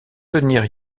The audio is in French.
tenir